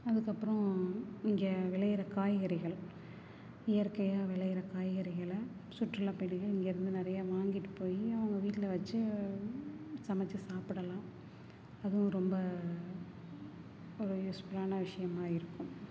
அதுக்கப்புறம் இங்கே விளைகிற காய்கறிகள் இயற்கையாக விளைகிற காய்கறிகள் சுற்றுலா பயணிகள் இங்கேருந்து நிறையா வாங்கிட்டு போய் அவங்க வீட்டில வச்சு சமைச்சு சாப்பிடலாம் அதுவும் ரொம்ப ஒரு யூஸ்ஃபுல்லான விஷயமா இருக்கும்